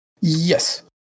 Yes